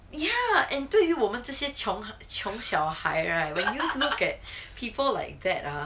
ya and 对于我们这些穷穷小孩 right when you look at people like that ah